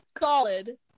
solid